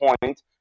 point